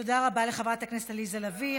תודה רבה לחברת הכנסת עליזה לביא.